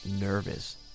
nervous